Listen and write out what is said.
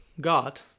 God